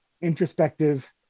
introspective